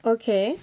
okay